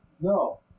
No